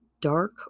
dark